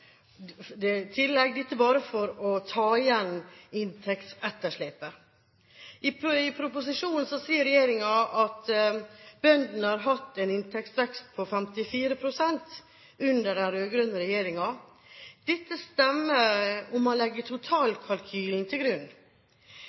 i tillegg bare for å ta igjen inntektsetterslepet. I proposisjonen sier regjeringen at bøndene har hatt en inntektsvekst på 54 pst. under den rød-grønne regjeringen. Dette stemmer om man legger totalkalkylen til grunn.